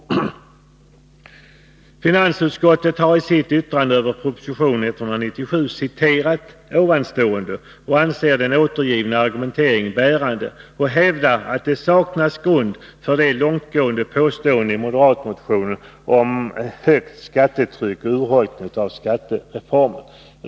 Finansutskottet har i sitt yttrande över propositionen 197 återgivit detta citat. Utskottet anser den återgivna argumentationen bärande och hävdar att det saknas grund för de långtgående påståendena i moderatmotionen om högt skattetryck och urholkning av skattereformen.